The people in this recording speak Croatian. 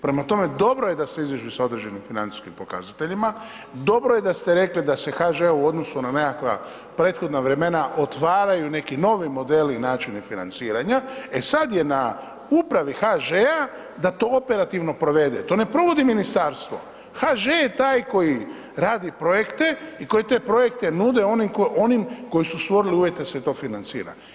Prema tome, dobro je da se izađu sa određenim financijskim pokazateljima, dobro je da ste rekli da se HŽ-u u odnosnu na nekakva prethodna vremena otvaraju neki novi modeli i načini financiranja, e sad je na upravi HŽ-a da to operativno provede, to ne provodi ministarstvo, HŽ je taj koji radi projekte i koji te projekte nude onim koji su stvorili uvjete da se to financira.